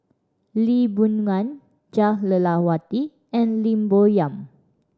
Lee Boon Ngan Jah Lelawati and Lim Bo Yam